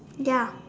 ya